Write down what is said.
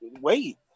wait